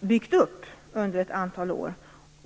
byggt upp under ett antal år.